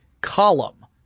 column